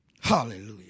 Hallelujah